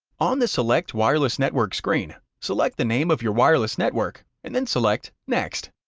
on the select wireless network screen, select the name of your wireless network, and then select next.